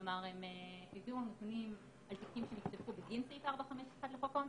כלומר הגיעו הנתונים על תיקים שנפתחו בגין סעיף 451 לחוק העונשין,